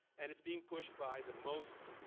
and it's being pushed by the most